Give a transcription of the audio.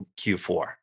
Q4